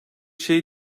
şeyi